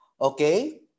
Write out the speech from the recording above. okay